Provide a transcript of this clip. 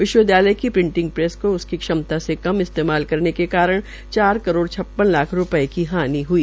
विश्वविदयालय की printing press को उसकी क्षमता से कम इस्तेमाल करने के कारण चार करोड़ छप्पन लाख रूप्ये की हानि हई